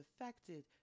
affected